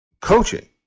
coaching